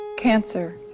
Cancer